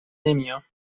نمیام